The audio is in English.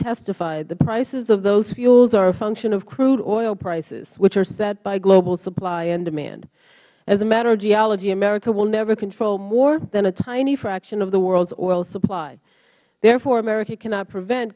testified the prices of those fuels are a function of crude oil prices which are set by global supply and demand as a matter of geology america will never control more than a tiny fraction of the world's oil supply therefore america cannot prevent